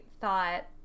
thought